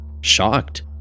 Shocked